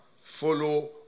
Follow